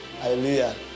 Hallelujah